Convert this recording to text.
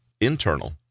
Internal